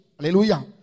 Hallelujah